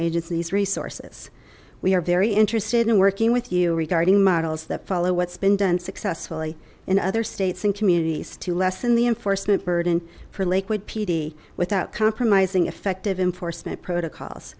agency's resources we are very interested in working with you regarding models that follow what's been done successfully in other states and communities to lessen the enforcement burden for lakewood pd without compromising effective enforcement protocols